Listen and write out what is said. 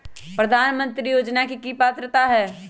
प्रधानमंत्री योजना के की की पात्रता है?